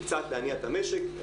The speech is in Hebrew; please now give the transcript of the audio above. וקצת להניע את המשק.